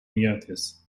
yates